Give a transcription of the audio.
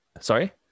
Sorry